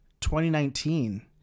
2019